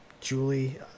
Julie